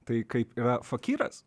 tai kaip yra fakyras